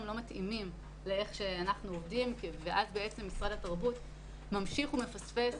לא מתאימים לאיך שאנחנו עובדים ואז בעצם משרד התרבות ממשיך ומפספס,